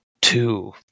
two